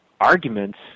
arguments